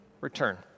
return